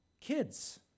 kids